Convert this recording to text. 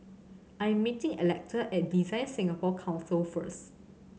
I am meeting Electa at DesignSingapore Council first